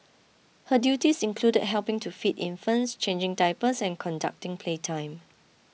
her duties included helping to feed infants changing diapers and conducting playtime